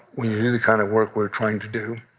when you do the kind of work we're trying to do,